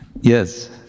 Yes